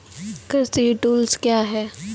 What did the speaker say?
कृषि टुल्स क्या हैं?